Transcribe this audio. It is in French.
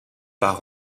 par